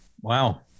Wow